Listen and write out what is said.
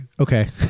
okay